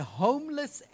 homeless